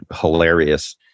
hilarious